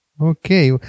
Okay